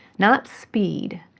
not speed.